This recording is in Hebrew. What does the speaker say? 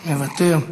מוותר,